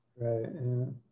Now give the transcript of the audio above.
Right